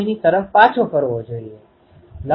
તેથી તમે આગળની સ્લાઇડમાં જોઈ શકો છો